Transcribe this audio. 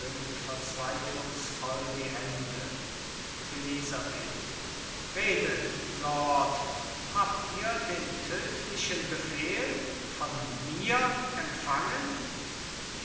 verzweiflungsvoll die hände elisabeth redet lord habt ihr den tödlichen von mir empfangen